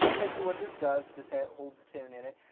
basically what this does this ah holds the tune in it.